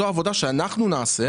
זו עבודה שאנחנו נעשה.